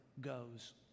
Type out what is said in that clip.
goes